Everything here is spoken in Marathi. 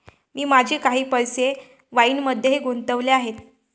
मी माझे काही पैसे वाईनमध्येही गुंतवले आहेत